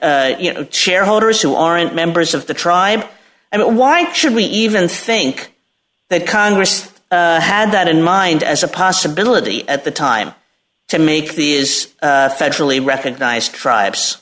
shareholders who aren't members of the tribe and why should we even think that congress had that in mind as a possibility at the time to make the is federally recognized tribes